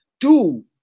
two